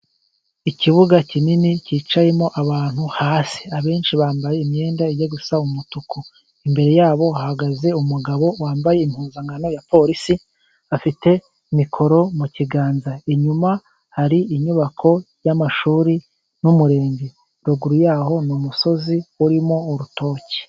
Ikibuga kinini kicayemo abantu hasi abenshi bambaye imyenda ijya gusa n'umutuku. Imbere yabo bahagaze umugabo wambaye impunzankano ya porisi, afite mikoro mu kiganza. Inyuma hari inyubako y'amashuri n'umurenge, ruguru yaho ni umusozi urimo urutoki.